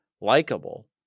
likable